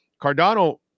Cardano